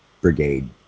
brigade